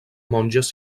monges